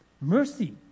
mercy